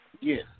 Yes